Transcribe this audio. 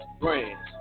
brands